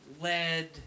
lead